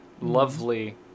lovely